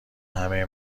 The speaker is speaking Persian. همه